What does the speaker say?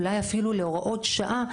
אולי אפילו להוראות שעה,